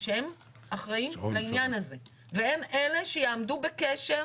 שהם אחראים לעניין הזה והם אלה שיעמדו בקשר,